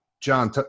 John